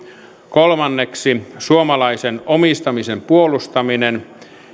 kolmanneksi suomalaisen omistamisen puolustaminen